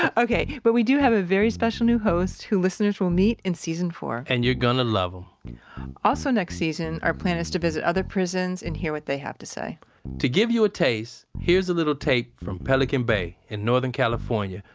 and okay, but we do have a very special new host who listeners will meet in season four and you're gonna love him also next season, our plan is to visit other prisons and hear what they have to say to give you a taste, here's a little take from pelican bay in northern california,